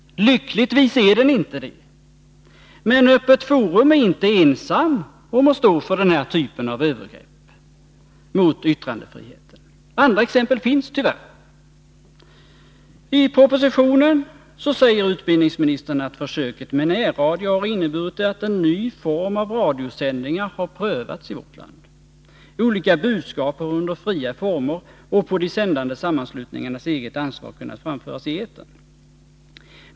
Lyckligtvis är den inte det. Men Öppet Forum är inte ensamt om att stå för den här typen av övergrepp mot yttrandefriheten. Andra exempel finns tyvärr. I propositionen säger utbildningsministern att försöket med närradio har inneburit att en ny form av radiosändningar prövats i vårt land och att olika budskap under fria former och på de sändande sammanslutningarnas eget ansvar har kunnat framföras i etern.